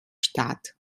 statt